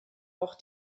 auch